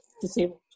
disabled